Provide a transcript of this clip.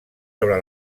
sobre